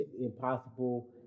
Impossible